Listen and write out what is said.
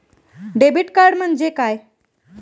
Debit card म्हणजे काय?